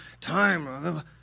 time